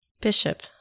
Bishop